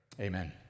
Amen